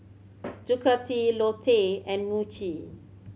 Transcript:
Ducati Lotte and Muji